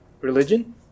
religion